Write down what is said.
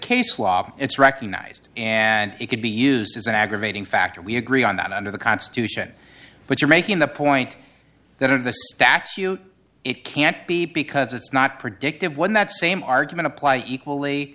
case law it's recognized and it could be used as an aggravating factor we agree on that under the constitution but you're making the point that in the statute it can't be because it's not predictive when that same argument apply equally